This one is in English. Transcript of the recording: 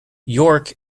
york